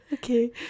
okay